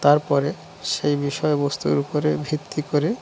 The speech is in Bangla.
তারপরে সেই বিষয়বস্তুর উপরে ভিত্তি করে